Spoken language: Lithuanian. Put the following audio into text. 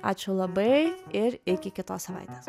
ačiū labai ir iki kitos savaitės